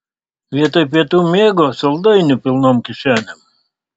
vietoj pietų miego saldainių pilnom kišenėm